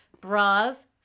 bras